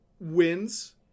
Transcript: wins